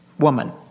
woman